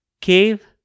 Cave